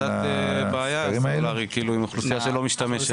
זה קצת בעיה הסלולארי, עם אוכלוסייה שלא משתמשת.